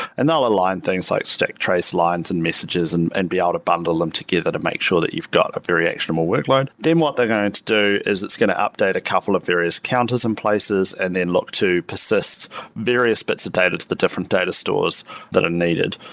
and they'll align things like stack trace lines and messages and and be able ah to bundle them together to make sure that you've got a very actionable workload. then what they're going to do is it's going to update a couple of various counters in places and then lock to persist various bits of data to the different data stores that are needed.